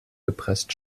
gepresst